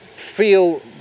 feel